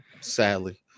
sadly